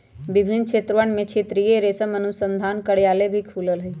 विभिन्न क्षेत्रवन में क्षेत्रीय रेशम अनुसंधान कार्यालय भी खुल्ल हई